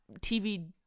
tv